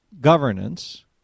governance